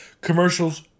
commercials